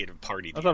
party